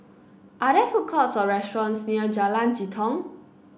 are there food courts or restaurants near Jalan Jitong